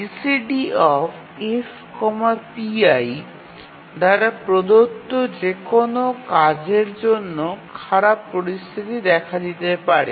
GCD F pi দ্বারা প্রদত্ত যে কোনও কাজের জন্য খারাপ পরিস্থিতি দেখা দিতে পারে